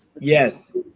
Yes